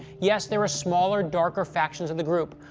yes, there are smaller, darker factions of the group,